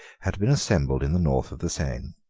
had been assembled in the north of the seine.